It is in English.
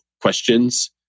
questions